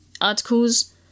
articles